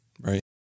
Right